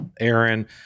aaron